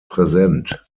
präsent